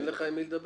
אין לך עם מי לדבר,